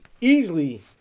easily